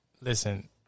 Listen